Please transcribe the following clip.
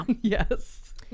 Yes